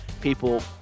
people